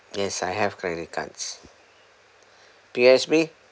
yes I have credit cards P_O_S_B